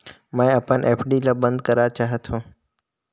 मैं अपन एफ.डी ल बंद करा चाहत हों